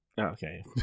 Okay